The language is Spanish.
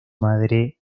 madre